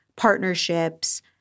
partnerships